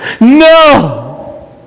no